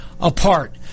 apart